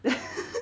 then